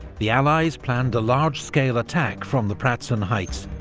the allies planned a large-scale attack from the pratzen heights,